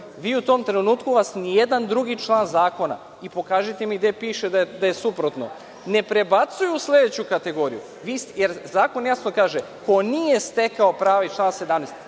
U tom trenutku vas ni jedan drugi član zakona, i pokažite mi gde piše da je suprotno, ne prebacuje u sledeću kategoriju, jer zakon jasno kaže – ko nije stekao pravo iz člana